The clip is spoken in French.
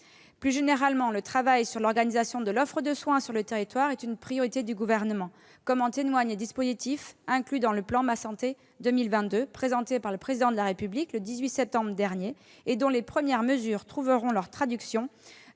Plus généralement, le travail sur l'organisation de l'offre de soins sur le territoire est une priorité du Gouvernement, comme en témoignent les dispositifs inclus dans le plan Ma santé 2022, présenté par le Président de la République le 18 septembre dernier, et dont les premières mesures trouveront leur traduction